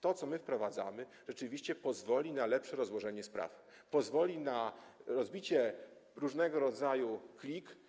To, co my wprowadzamy, rzeczywiście pozwoli na lepsze rozłożenie spraw i rozbicie różnego rodzaju klik.